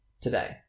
today